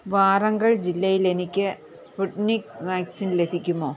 വാറങ്കൽ ജില്ലയിലെനിക്ക് Sputnik vaccine ലഭിക്കുമോ